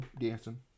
dancing